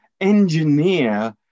engineer